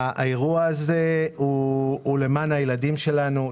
האירוע הוא למען הילדים שלנו,